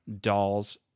Dolls